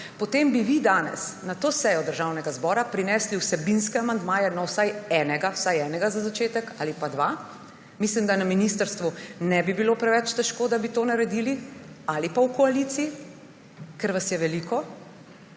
potem bi vi danes na to sejo Državnega zbora prinesli vsebinske amandmaje, na vsaj enega za začetek ali pa dva, mislim, da na ministrstvu ne bi bilo preveč težko, da bi to naredili ali pa v koaliciji, ker vas je veliko,